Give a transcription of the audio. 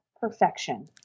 perfection